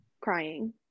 Crying